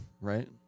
right